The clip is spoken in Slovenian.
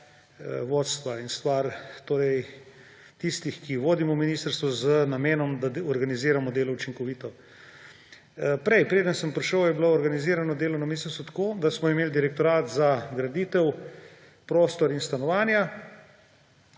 vodstva in stvar tistih, ki vodimo ministrstvo, z namenom, da organiziramo delo učinkovito. Prej, preden sem prišel, je bilo organizirano delo na ministrstvu tako, da smo imeli Direktorat za graditev, prostor in stanovanja,